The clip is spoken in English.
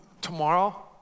tomorrow